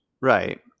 Right